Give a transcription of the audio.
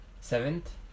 Seventh